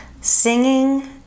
Singing